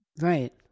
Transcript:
Right